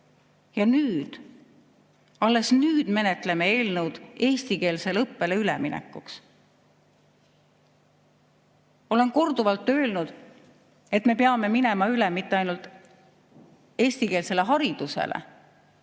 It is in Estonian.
Ja nüüd – alles nüüd – menetleme eestikeelsele õppele ülemineku eelnõu. Olen korduvalt öelnud, et me peame üle minema mitte ainult eestikeelsele haridusele,